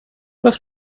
das